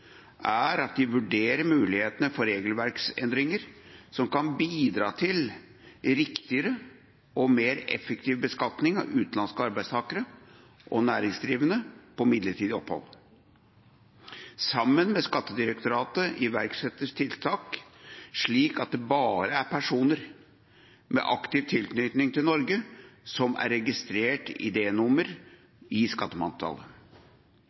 midlertidig opphold. De anbefalingene Riksrevisjonen konkret gir Finansdepartementet, er at man vurderer mulighetene for regelverksendringer, som kan bidra til riktigere og mer effektiv beskatning av utenlandske arbeidstakere og næringsdrivende på midlertidig opphold sammen med Skattedirektoratet iverksetter tiltak, slik at det bare er personer med aktiv tilknytning til Norge som er registrert med D-nummer i